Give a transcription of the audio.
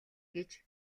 гэж